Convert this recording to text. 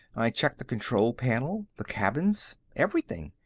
i checked the control panel, the cabins, everything.